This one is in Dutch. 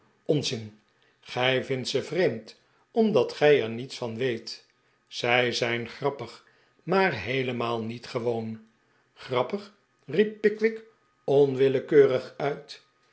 onzin gij vindt ze vreemd omdat gij er niets van weet zij zijn grappig maar heelemaal nifet ongewoon grappigl riep pickwick onwillekeurig uit